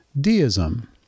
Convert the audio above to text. deism